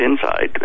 inside